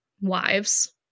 wives